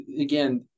Again